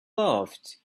loved